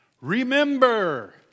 Remember